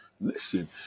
Listen